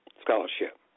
Scholarship